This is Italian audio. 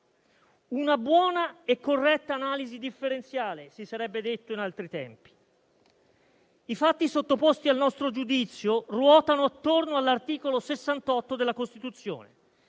una buona e corretta analisi differenziale, si sarebbe detto in altri tempi. I fatti sottoposti al nostro giudizio ruotano attorno all'articolo 68 della Costituzione,